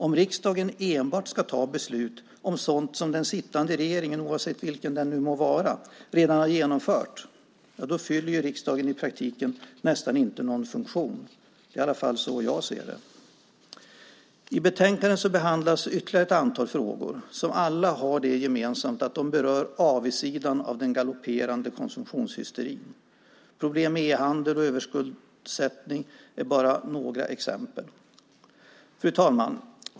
Om riksdagen enbart ska fatta beslut om sådant som den sittande regeringen - oavsett vilken den nu må vara - redan har genomfört fyller riksdagen i praktiken inte någon funktion. Det är i alla fall så jag ser det. I betänkandet behandlas ytterligare ett antal frågor, som alla har det gemensamt att de berör avigsidan av den galopperande konsumtionshysterin. Problem med e-handel och överskuldsättning är bara några exempel. Fru talman!